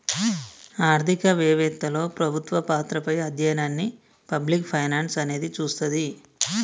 ఆర్థిక వెవత్తలో ప్రభుత్వ పాత్రపై అధ్యయనాన్ని పబ్లిక్ ఫైనాన్స్ అనేది చూస్తది